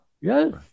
Yes